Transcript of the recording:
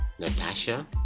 Natasha